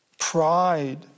Pride